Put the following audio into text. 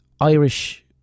irish